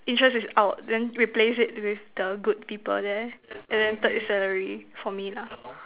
interest is out then replace it with the good people there and then third is salary for me lah